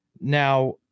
Now